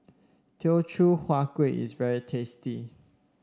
Teochew Huat Kueh is very tasty